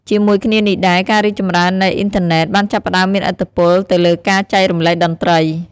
ជាមួយគ្នានេះដែរ ការរីកចម្រើននៃ អ៊ីនធឺណេត បានចាប់ផ្ដើមមានឥទ្ធិពលទៅលើការចែករំលែកតន្ត្រី។